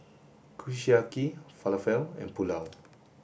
Kushiyaki Falafel and Pulao